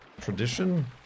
tradition